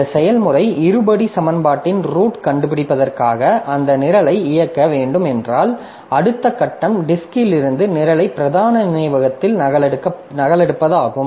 இந்த செயல்முறை இருபடி சமன்பாட்டின் ரூட்க் கண்டுபிடிப்பதற்காக அந்த நிரலை இயக்க வேண்டும் என்றால் அடுத்த கட்டம் டிஸ்க்கில் இருந்து நிரலை பிரதான நினைவகத்தில் நகலெடுப்பதாகும்